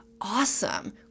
awesome